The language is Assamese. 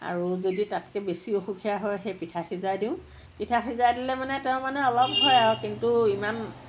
আৰু যদি তাতকে বেছি অসুখীয়া হয় সেই পিঠা সিজাই দিওঁ পিঠা সিজাই দিলে মানে তেওঁ মানে অলপ হয় আৰু কিন্তু ইমান